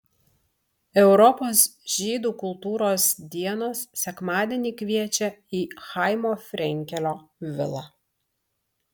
europos žydų kultūros dienos sekmadienį kviečia į chaimo frenkelio vilą